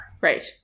Right